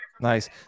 Nice